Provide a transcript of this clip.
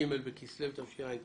ג' בכסלו התשע"ט.